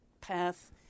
path